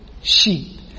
sheep